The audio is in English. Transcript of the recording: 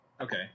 Okay